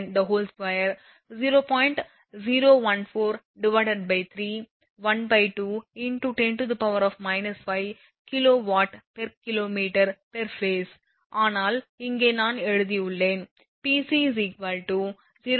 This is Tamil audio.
0143 12 × 10−5𝑘𝑊𝑘𝑚𝑝ℎ𝑎𝑠𝑒 ஆனால் இங்கே நான் எழுதியுள்ளேன்